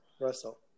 Russell